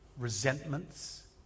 Resentments